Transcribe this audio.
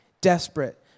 desperate